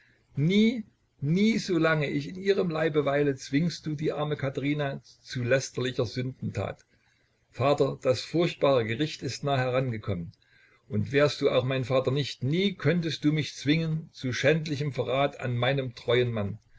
nie nie solange ich in ihrem leibe weile zwingst du die arme katherina zu lästerlicher sündentat vater das furchtbare gericht ist nah herangekommen und wärst du auch mein vater nicht nie könntest du mich zwingen zu schändlichem verrat an meinem treuen mann